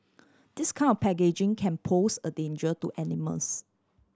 this kind of packaging can pose a danger to animals